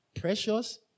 precious